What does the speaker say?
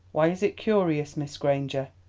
why is it curious, miss granger?